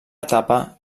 etapa